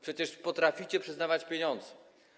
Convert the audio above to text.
Przecież potraficie przyznawać pieniądze.